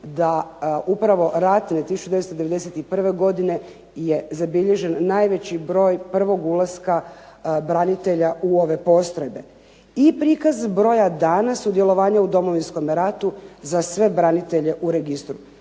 da upravo ratne 1991. godine je zabilježen najveći broj prvog ulaska branitelja u ove postrojbe i prikaz broja dana sudjelovanja u Domovinskome ratu za sve branitelje u registru.